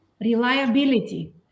reliability